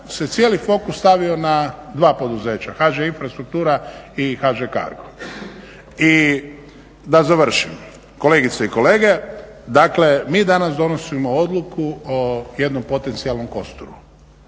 se cijeli fokus stavio na dva poduzeća, HŽ infrastruktura i HŽ cargo. I da završim, kolegice i kolege dakle mi danas donosimo odluku o jednom potencijalnom kosturu.